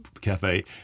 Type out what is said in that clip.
cafe